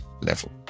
level